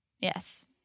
Yes